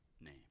name